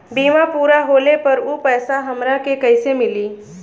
बीमा पूरा होले पर उ पैसा हमरा के कईसे मिली?